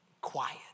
quiet